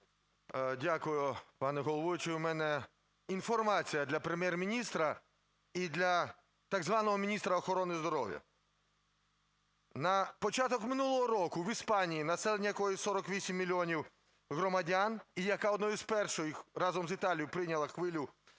Дякую, пане головуючий. У мене інформація для Прем'єр-міністра і для так званого міністра охорони здоров'я. На початок минулого року в Іспанії, населення якої 48 мільйонів громадян, і яка одна з перших, разом з Італією, прийняла хвилю